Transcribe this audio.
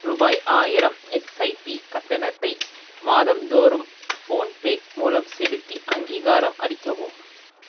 ரூபாய் ஆயிரம் எஸ்ஐபி கட்டணத்தை மாதந்தோறும் ஃபோன்பே மூலம் செலுத்தி அங்கீகாரம் அளிக்கவும்